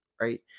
right